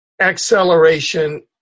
acceleration